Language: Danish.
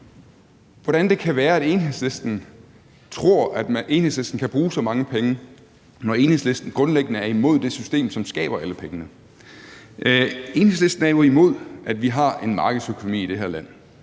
hvordan det kan være, at Enhedslisten tror, at Enhedslisten kan bruge så mange penge, når Enhedslisten grundlæggende er imod det system, som skaber alle pengene. Enhedslisten er jo imod, at vi har en markedsøkonomi i det her land.